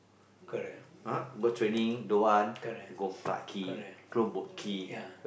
correct correct correct ya